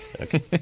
Okay